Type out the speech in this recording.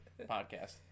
podcast